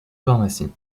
pharmacie